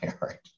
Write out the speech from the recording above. right